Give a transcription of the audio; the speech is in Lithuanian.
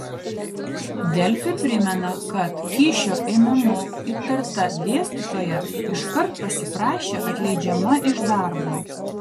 delfi primena kad kyšio ėmimu įtarta dėstytoja iškart pasiprašė atleidžiama iš darbo